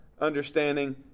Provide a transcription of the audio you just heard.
understanding